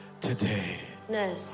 today